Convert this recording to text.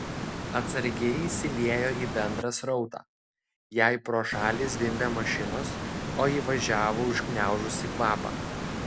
atsargiai įsiliejo į bendrą srautą jai pro šalį zvimbė mašinos o ji važiavo užgniaužusi kvapą